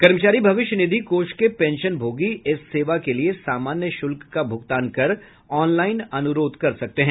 कर्मचारी भविष्य निधि कोष के पेंशनभोगी इस सेवा के लिए सामान्य शुल्क का भुगतान कर ऑनलाइन अनुरोध कर सकते हैं